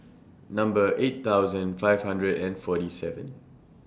Number eight thousand five hundred and forty seven